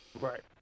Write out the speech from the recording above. Right